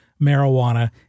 marijuana